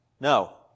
No